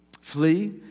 flee